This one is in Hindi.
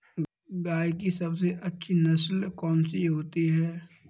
गाय की सबसे अच्छी नस्ल कौनसी है?